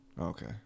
okay